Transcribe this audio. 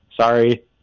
Sorry